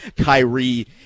Kyrie